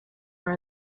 are